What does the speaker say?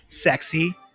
Sexy